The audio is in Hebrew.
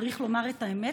צריך לומר את האמת,